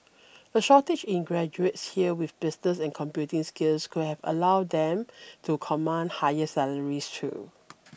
a shortage in graduates here with business and computing skills could have allowed them to command higher salaries too